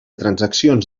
transaccions